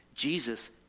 Jesus